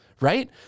right